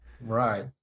Right